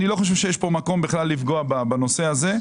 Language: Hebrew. אני לא חושב שיש כאן מקום לפגוע בנושא הזה.